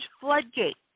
floodgate